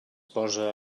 posa